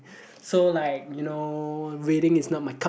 so like you know reading is not my cup